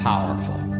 Powerful